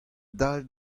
dal